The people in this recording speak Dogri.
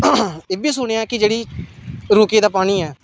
एह् बी सुनेआ के जेह्ड़ी रुके दा पानी ऐ